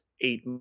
eight